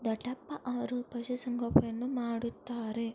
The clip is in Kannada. ದೊಡ್ಡಪ್ಪ ಅವರು ಪಶುಸಂಗೋಪನೆಯನ್ನು ಮಾಡುತ್ತಾರೆ